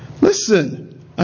listen